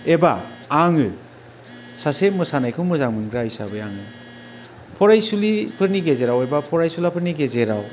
एबा आङो सासे मोसानायखौ मोजां मोनग्रा हिसाबै आङो फरायसुलिफोरनि गेजेराव एबा फरायसुलाफोरनि गेजेराव